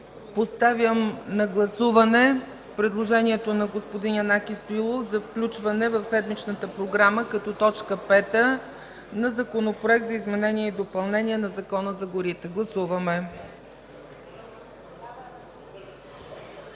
Поставям на гласуване предложението на господин Янаки Стоилов за включване в седмичната програма като точка пета на Законопроект за изменение и допълнение на Закона за горите. Гласували